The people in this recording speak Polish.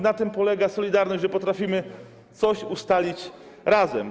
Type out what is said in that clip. Na tym polega solidarność, że potrafimy coś ustalić razem.